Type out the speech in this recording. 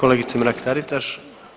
Kolegice Mrak Taritaš.